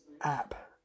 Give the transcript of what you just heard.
app